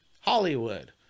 hollywood